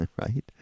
right